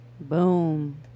boom